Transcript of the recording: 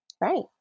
Right